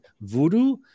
Voodoo